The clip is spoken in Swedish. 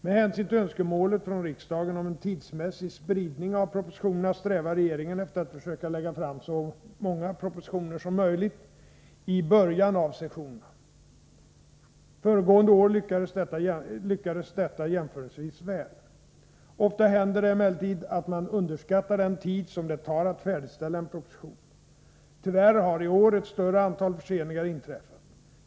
Med hänsyn till önskemålet från riksdagen om en tidsmässig spridning av propositionerna strävar regeringen efter att försöka lägga fram så många propositioner som möjligt i början av sessionerna. Föregående år lyckades detta jämförelsevis väl. Ofta händer det emellertid att man underskattar den tid som det tar att färdigställa en proposition. Tyvärr har i år ett större antal förseningar inträffat.